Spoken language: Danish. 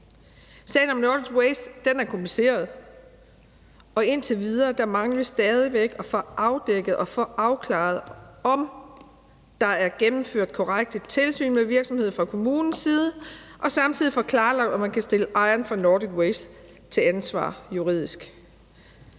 Sagen om Nordic Waste er kompliceret, og indtil videre mangler vi stadig væk at få afdækket og afklaret, om der er gennemført korrekte tilsyn med virksomheden fra kommunens side, og samtidig få klarlagt, om man kan stille ejerne af Nordic Waste til ansvar juridisk.